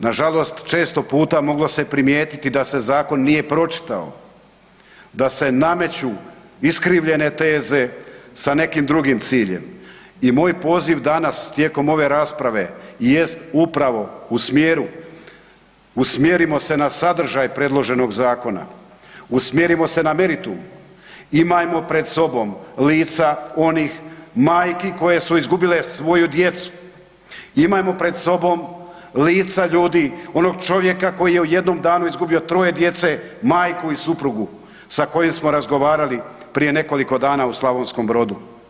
Nažalost često puta moglo se primijetiti da se zakon nije pročitao, da se nameću iskrivljene teze sa nekim drugim ciljem i moj poziv danas tijekom ove rasprave jest upravo u smjeru usmjerimo se na sadržaj predloženog zakona, usmjerimo se na meritum, imajmo pred sobom lica onih majki koje su izgubile svoju djecu, imajmo pred sobom lica ljudi, onog čovjeka koji je u jednom danu izgubio troje djece, majku i suprugu, sa kojim smo razgovarali prije nekoliko dana u Slavonskom Brodu.